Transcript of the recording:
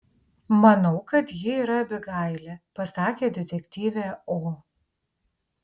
manau kad ji yra abigailė pasakė detektyvė o